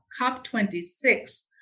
COP26